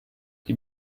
die